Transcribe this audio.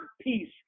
peace